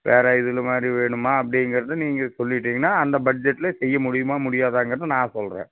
வேறு இதில் மாதிரி வேணுமா அப்படிங்குறத நீங்கள் சொல்லிவிட்டீங்கனா அந்த பட்ஜெட்டில் செய்ய முடியுமா முடியாதாங்கிறத நான் சொல்கிறேன்